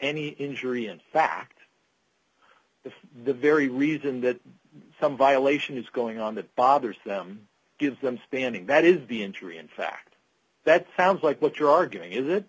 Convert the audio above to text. any injury in fact if the very reason that some violation is going on that bothers them gives them standing that is be entering in fact that sounds like what you're arguing is that